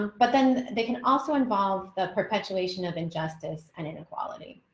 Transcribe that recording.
but then they can also involve the perpetuation of injustice and inequality.